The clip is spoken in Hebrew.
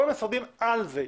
כל המשרדים על זה,